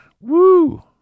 Woo